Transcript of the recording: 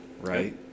right